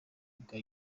ubwa